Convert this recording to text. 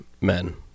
men